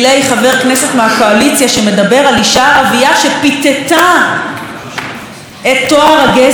שמדבר על אישה ערבייה שפיתתה את טוהר הגזע היהודי.